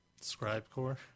Scribecore